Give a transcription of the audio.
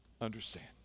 Understand